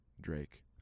Drake